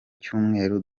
cyumweru